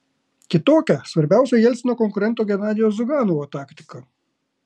kitokia svarbiausio jelcino konkurento genadijaus ziuganovo taktika